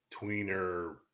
tweener